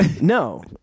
No